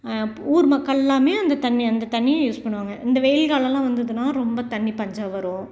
ஊர் மக்களெலாமே அந்த தண்ணியை அந்த தண்ணியை யூஸ் பண்ணுவாங்க இந்த வெயில் காலமெலாம் வந்ததுனா ரொம்ப தண்ணி பஞ்சம் வரும்